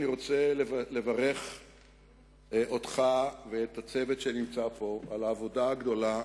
אני רוצה לברך אותך ואת הצוות שנמצא פה על העבודה הגדולה,